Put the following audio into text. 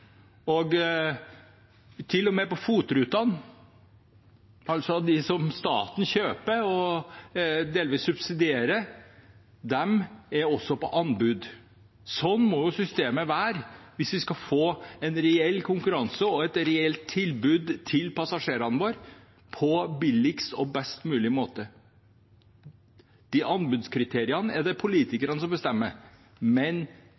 og med FOT-rutene, altså de som staten kjøper og delvis subsidierer, er på anbud. Sånn må systemet være hvis vi skal få en reell konkurranse og et reelt tilbud til passasjerene våre på billigst og best mulig måte. De anbudskriteriene er det